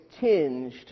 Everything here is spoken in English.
tinged